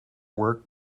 work